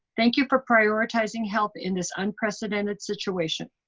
thank you for prioritizing health in this unprecedented situation.